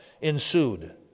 ensued